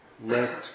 let